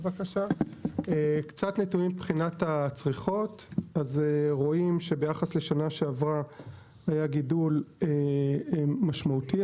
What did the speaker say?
נתונים מבחינת הצריכות ביחס לשנה שעברה היה גידול משמעותי,